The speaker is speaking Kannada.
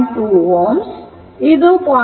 2 Ω ಇದು 0